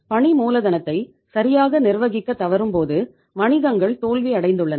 பணி மூலதனத்தை சரியாக நிர்வகிக்க தவறும்போது வணிகங்கள் தோல்வி அடைந்துள்ளன